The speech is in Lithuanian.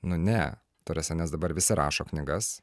nu ne ta prasme nes dabar visi rašo knygas